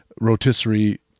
rotisserie